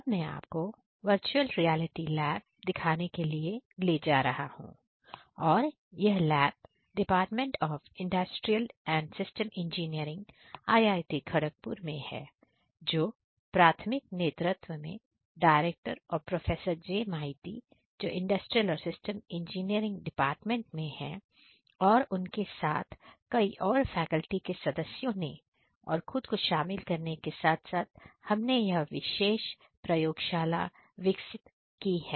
अब मैं आपको वर्चुअल रियलिटी लैब दिखाने के लिए ले जा रहा हूं और यह lab department of industrial and system engineering IIT Kharagpur में है जो प्राथमिक नेतृत्व में डायरेक्टर और प्रोफेसर जे मांइती जो इंडस्ट्रियल और सिस्टम इंजीनियरिंग डिपार्टमेंट में हैं और उनके साथ कई और फैकल्टी के सदस्यों ने और खुद को शामिल करने के साथ साथ हमने यह विशेष प्रयोगशाला विकसित की है